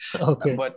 okay